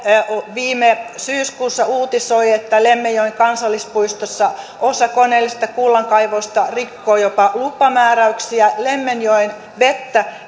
viime syyskuussa uutisoi että lemmenjoen kansallispuistossa osa koneellisista kullankaivajista rikkoo jopa lupamääräyksiä lemmenjoen vettä